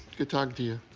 good talking to you.